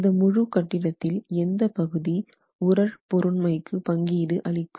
இந்த முழு கட்டிடத்தில் எந்த பகுதி உறழ் பொருண்மைக்கு பங்கீடு அளிக்கும்